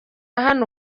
hano